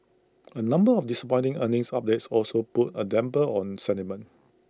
A number of disappointing earnings updates also put A dampener on sentiment